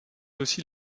aussi